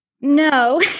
no